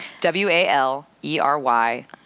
W-A-L-E-R-Y